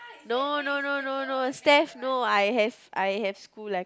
no no no no no STeph no I have I have school I